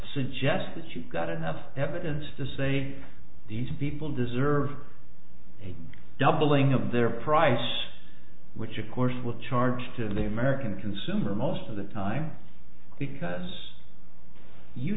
suggest that you've got enough evidence to say these people deserve a doubling of their price which of course will charge to the american consumer most of the time because you